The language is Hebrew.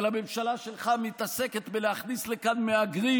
אבל הממשלה שלך מתעסקת בלהכניס לכאן מהגרים